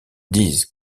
disent